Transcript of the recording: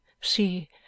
See